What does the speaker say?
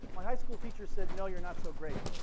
my high school teacher said, no you're not so great.